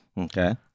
Okay